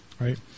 right